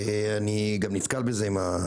אני גם נתקל בזה עם,